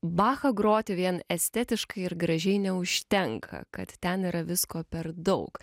bachą groti vien estetiškai ir gražiai neužtenka kad ten yra visko per daug